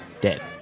dead